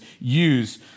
use